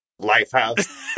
Lifehouse